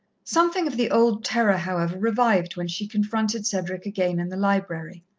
something of the old terror, however, revived when she confronted cedric again in the library.